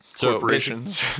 corporations